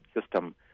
system